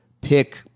pick